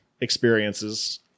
experiences